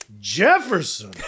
jefferson